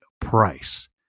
price